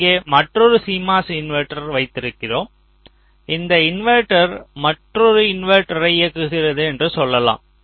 இங்கே மற்றொரு CMOS inverter வைத்திருக்கிறோம் இந்த இன்வெர்ட்டர் மற்றொரு இன்வெர்ட்டரை இயக்குகிறது என்று சொல்லலாம்